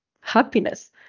happiness